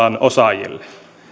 osaajille